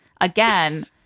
again